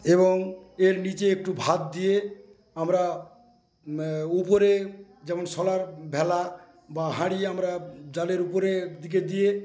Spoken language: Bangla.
এবং এর নীচে একটু ভাত দিয়ে আমরা উপরে যেমন শোলার ভেলা বা হাড়ি আমরা জালের উপরের দিকে দিয়ে